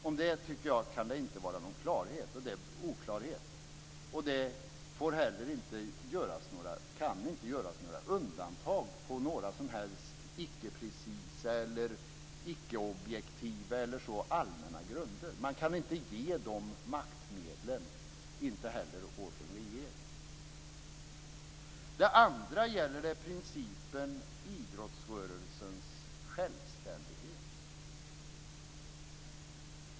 Jag tycker inte att det kan råda någon oklarhet om det. Det kan inte heller göras några undantag på några som helst icke-precisa eller icke-objektiva allmänna grunder. Man kan inte ge dessa maktmedel åt någon, inte ens till en regering. Dessutom handlar det om principen om idrottsrörelsens självständighet.